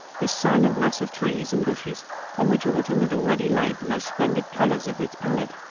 this silent mass of trees and bushes on which autumn had already laid the most splendid colours of its palette.